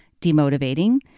demotivating